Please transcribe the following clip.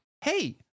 hey